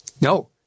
No